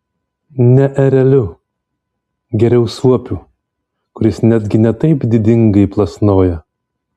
ne ereliu geriau suopiu kuris netgi ne taip didingai plasnoja